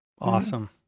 Awesome